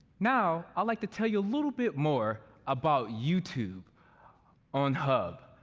now i'd like to tell you a little bit more about youtube on hub.